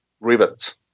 rivet